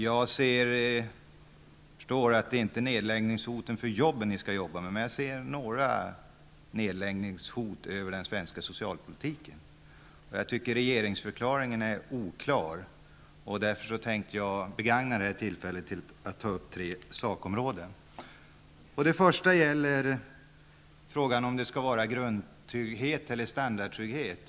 Jag förstår att det inte är nedläggningshoten mot jobben ni skall arbeta med, men jag ser några nedläggningshot över den svenska socialpolitiken. Jag tycker att regeringsförklaringen är oklar, och jag tänkte därför begagna det här tillfället till att ta upp tre sakområden. Det första gäller frågan om grundtrygghet eller standardtrygghet.